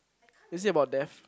is it about death